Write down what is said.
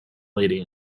lady